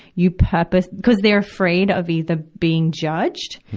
you purpose cuz they're afraid of either being judged,